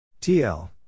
TL